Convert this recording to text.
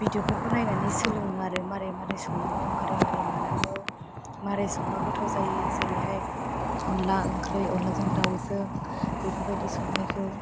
भिदिय'फोरखौ नायनानै सोलोङो आरो माबोरै माबोरै संनांगौ माबोरै माबोरै मानांगौ माबोरै संबा गोथाव जायो जेरैहाय अनला ओंख्रै अनलाजों दाउजों बेफोरबायदि संनायखौ